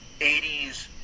80s